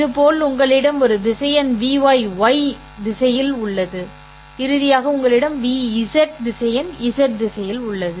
இதேபோல் உங்களிடம் ஒரு திசையன் Vy ŷ திசையில் உள்ளது இறுதியாக உங்களிடம் Vz திசையன் ẑ திசையில்உள்ளது